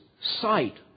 sight